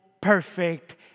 perfect